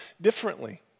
differently